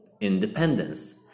independence